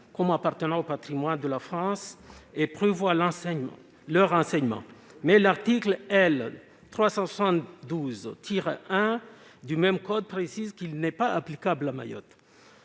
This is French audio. comme appartenant au patrimoine de la France et prévoit leur enseignement. Or l'article L. 372-1 du même code dispose que cet article n'est pas applicable à Mayotte.